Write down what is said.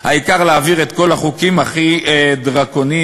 העיקר להעביר את כל החוקים הכי דרקוניים,